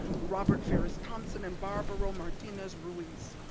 robert farris thompson and barbaro martinez-ruiz.